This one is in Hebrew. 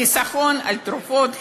חיסכון על תרופות,